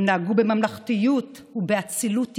הם נהגו בממלכתיות ובאצילות אישית.